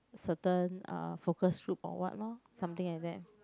certain uh focus group or what lor something like that